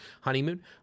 honeymoon